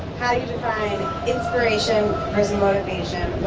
define inspiration versus motivation,